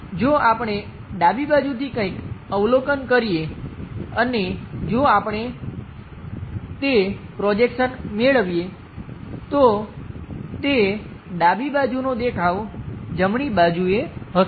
જો આપણે ડાબી બાજુથી કંઇક અવલોકન કરીએ અને જો આપણે તે પ્રોજેક્શન મેળવીએ તો તે ડાબી બાજુનો દેખાવ જમણી બાજુએ હશે